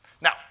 Now